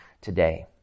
today